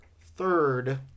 third